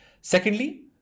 Secondly